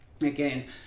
again